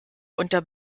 unter